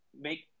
make